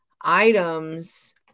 items